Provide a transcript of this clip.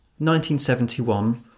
1971